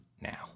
now